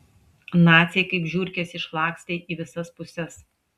naciai kaip žiurkės išlakstė į visas puses